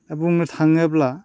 दा बुंनो थाङोब्ला